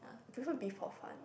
prefer beef hor fun